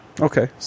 Okay